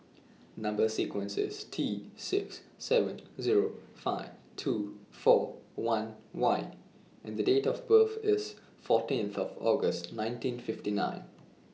Number sequence IS T six seven Zero five two four one Y and Date of birth IS fourteenth of August nineteen fifty nine